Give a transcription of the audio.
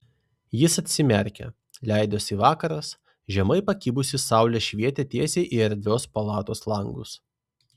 jis atsimerkė leidosi vakaras žemai pakibusi saulė švietė tiesiai į erdvios palatos langus